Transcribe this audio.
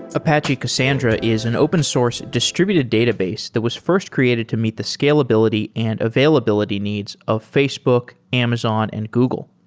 apache cassandra is an open source distributed database that was first created to meet the scalability and availability needs of facebook, amazon and google.